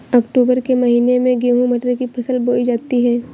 अक्टूबर के महीना में गेहूँ मटर की फसल बोई जाती है